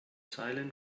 silent